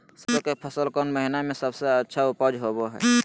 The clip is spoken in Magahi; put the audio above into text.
सरसों के फसल कौन महीना में सबसे अच्छा उपज होबो हय?